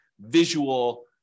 visual